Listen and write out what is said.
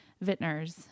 vintners